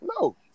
No